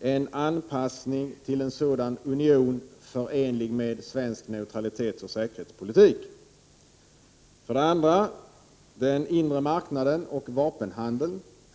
en anpassning till en sådan union förenlig med svensk neutralitetsoch säkerhetspolitik? Den andra frågan gäller den inre marknaden och vapenhandeln.